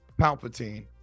Palpatine